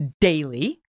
daily